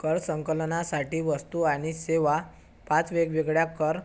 कर संकलनासाठी वस्तू आणि सेवा पाच वेगवेगळ्या कर